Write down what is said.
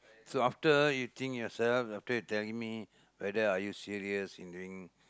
so after you think yourself after you telling me whether are you serious in doing